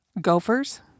gophers